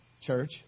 church